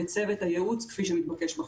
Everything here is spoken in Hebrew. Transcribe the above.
בצוות הייעוץ כפי שמתבקש בחוק.